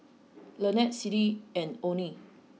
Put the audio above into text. Lynette Siddie and Oney